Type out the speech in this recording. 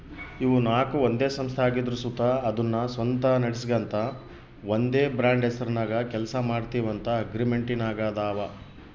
ಇವು ನಾಕು ಒಂದೇ ಸಂಸ್ಥೆ ಆಗಿದ್ರು ಸುತ ಅದುನ್ನ ಸ್ವಂತ ನಡಿಸ್ಗಾಂತ ಒಂದೇ ಬ್ರಾಂಡ್ ಹೆಸರ್ನಾಗ ಕೆಲ್ಸ ಮಾಡ್ತೀವಂತ ಅಗ್ರಿಮೆಂಟಿನಾಗಾದವ